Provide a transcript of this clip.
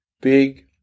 big